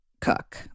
cook